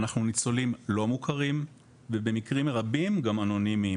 אנחנו ניצולים לא מוכרים ובמקרים רבים גם אנונימיים